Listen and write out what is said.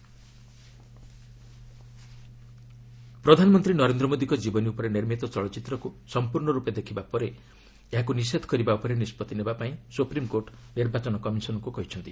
SC Modi biopic ପ୍ରଧାନମନ୍ତ୍ରୀ ନରେନ୍ଦ୍ର ମୋଦିଙ୍କ ଜୀବନୀ ଉପରେ ନିର୍ମିତ ଚଳଚ୍ଚିତ୍ରକୁ ସମ୍ପର୍ଶ୍ଣର୍ଣ୍ଣର୍ପେ ଦେଖିବା ପରେ ଏହାକୁ ନିଷେଧ କରିବା ଉପରେ ନିଷ୍ପଭି ନେବାକୁ ସୁପ୍ରିମ୍କୋର୍ଟ ନିର୍ବଚାନ କମିଶନ୍କୁ କହିଛନ୍ତି